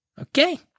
Okay